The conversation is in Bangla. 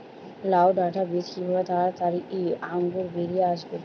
লাউ ডাটা বীজ কিভাবে তাড়াতাড়ি অঙ্কুর বেরিয়ে আসবে?